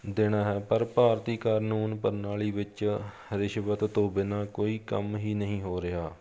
ਦੇਣਾ ਹੈ ਪਰ ਭਾਰਤੀ ਕਾਨੂੰਨ ਪ੍ਰਣਾਲੀ ਵਿੱਚ ਰਿਸ਼ਵਤ ਤੋਂ ਬਿਨਾਂ ਕੋਈ ਕੰਮ ਹੀ ਨਹੀਂ ਹੋ ਰਿਹਾ